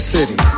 City